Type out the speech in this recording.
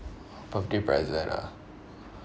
birthday present ah